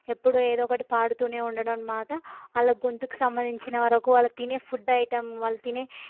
ఎప్పుడు ఏదో ఒకటి పాడుతూనే ఉండడం అనమాట వాళ్ళ గొంతుకు సంబంధించిన వరకు వాళ్ళు తినే ఫుడ్ ఐటమ్ వాళ్ళు తినే